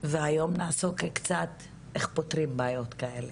והיום נעסוק קצת איך פותרים בעיות כאלה.